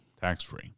Tax-free